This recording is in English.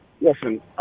listen